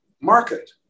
market